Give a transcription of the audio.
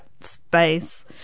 space